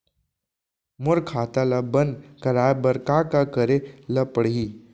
मोर खाता ल बन्द कराये बर का का करे ल पड़ही?